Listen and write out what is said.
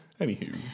Anywho